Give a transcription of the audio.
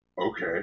Okay